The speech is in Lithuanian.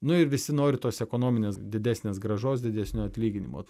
nu ir visi nori tos ekonominės didesnės grąžos didesnio atlyginimo